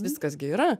viskas gi yra